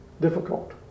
difficult